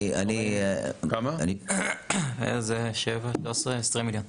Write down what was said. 20 מיליון.